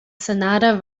sonata